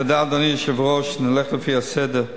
תודה, אדוני היושב-ראש, נלך לפי הסדר.